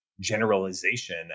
generalization